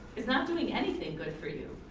is not doing anything good for you,